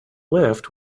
lift